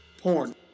Porn